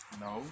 No